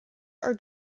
are